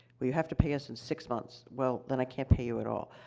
where you have to pay us in six months. well, then, i can't pay you at all.